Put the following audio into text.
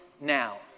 now